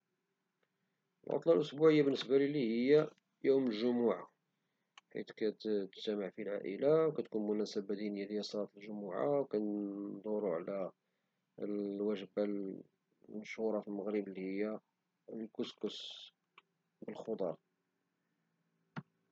العطلة الأسبوعية بالنسبة ليلي هي يوم الجمعة حيت كتجتمع فيه العائلة والمناسبة الدينية ديال صلاة الجمعة وكندورو على الوجبة الشهيرة في المغرب لي هي الكسكس بالخضر.